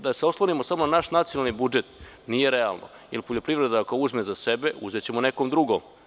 Da se oslonimo samo na naš nacionalni budžet, nije realno, jer poljoprivreda ako uzme za sebe, uzeće nekome drugom.